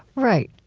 right.